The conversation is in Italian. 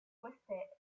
queste